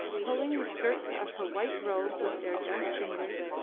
pulling the skirts of her white robe with their dark fingers,